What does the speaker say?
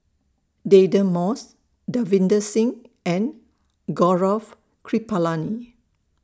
Deirdre Moss Davinder Singh and Gaurav Kripalani